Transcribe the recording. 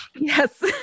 Yes